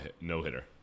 no-hitter